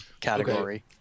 category